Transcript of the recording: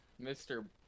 Mr